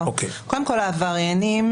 קודם כל העבריינים